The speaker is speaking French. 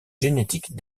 génétique